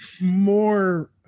more